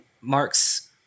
mark's